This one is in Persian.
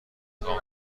امتحان